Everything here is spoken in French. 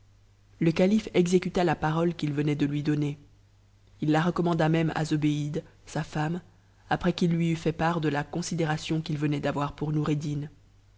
le calife exécuta la parole qu'il venait de lui donner il la recommanda même à zobéide sa femme après qu'il lui eut fait part de la considération qu'il venait d'avoir pour noureddin